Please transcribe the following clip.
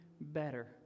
better